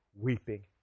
weeping